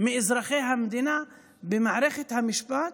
17% מאזרחי המדינה, במערכת המשפט,